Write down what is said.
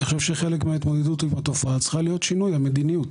אני חושב שחלק ההתמודדות עם התופעה צריכה להיות שינוי המדיניות.